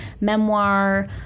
memoir